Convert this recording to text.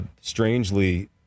strangely